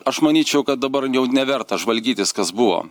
aš manyčiau kad dabar jau neverta žvalgytis kas buvo